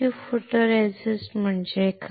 तर positive photoresist म्हणजे काय